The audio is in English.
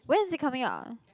when is it coming out